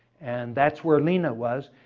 and that's where lena was.